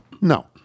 No